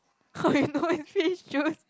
how you know it's peach juice